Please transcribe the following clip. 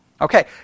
Okay